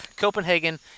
Copenhagen